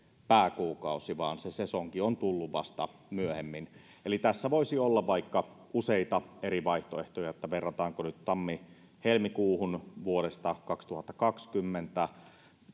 pääkuukausia vaan se sesonki on tullut vasta myöhemmin eli tässä voisi olla vaikka useita eri vaihtoehtoja että verrataanko nyt tammi helmikuuhun vuonna kaksituhattakaksikymmentä